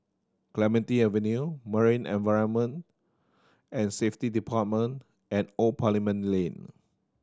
Clementi Avenue Marine Environment and Safety Department and Old Parliament Lane